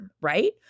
right